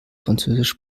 französisch